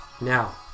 Now